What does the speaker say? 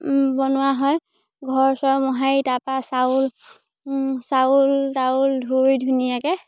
বনোৱা হয় ঘৰ চৰ মোহাৰি তাৰপৰা চাউল চাউল টাউল ধুই ধুনীয়াকৈ